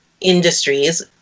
industries